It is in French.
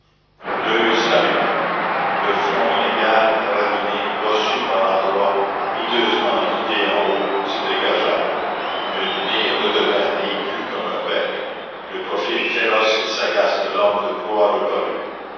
l'oeil s'alluma le front inégal raviné bossu par endroits hideusement ridé en haut se dégagea le nez redevint aigu comme un bec le profil féroce et sagace de l'homme de proie reparut